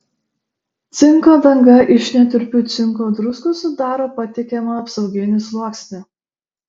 cinko danga iš netirpių cinko druskų sudaro patikimą apsauginį sluoksnį